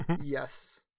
Yes